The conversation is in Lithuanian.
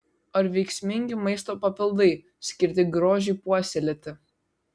ar veiksmingi maisto papildai skirti grožiui puoselėti